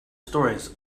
stories